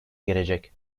girecek